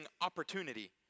opportunity